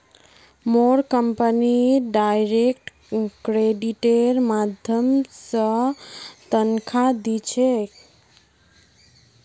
मोर company direct क्रेडिटेर माध्यम स तनख़ा दी छेक